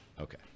Okay